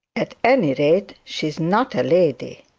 at any rate she is not a lady,